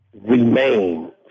remain